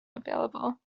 available